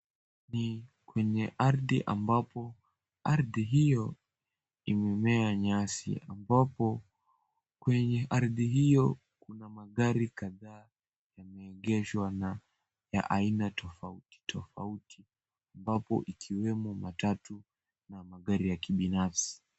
Ni kwenye ardhi ambapo ardhi hiyo imemea nyasi ambapo, kwenye ardhi hiyo kuna magari kadhaa yameegeshwa na ya aina tofauti tofauti ambapo ikiwemo matatu na magari ya kibinafsi.